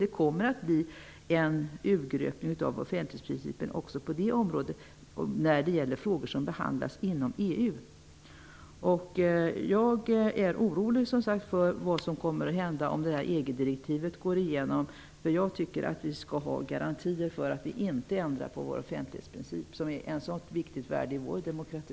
Det kommer att ske en urgröpning av offentlighetsprincipen när det gäller frågor som behandlas inom EU. Jag är som sagt orolig för vad som kommer att hända om EG-direktivet går igenom. Jag tycker att vi skall ha garantier för att vi inte ändrar på vår offentlighetsprincip som har ett så stort värde i vår demokrati.